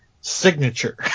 signature